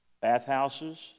bathhouses